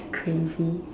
crazy